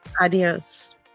Adios